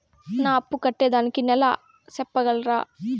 నా అప్పు కట్టేదానికి నెల సెప్పగలరా?